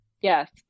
Yes